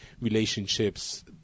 relationships